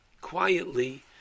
quietly